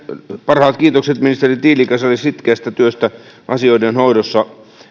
parhaat kiitokset ministeri tiilikaiselle sitkeästä työstä asioiden hoidossa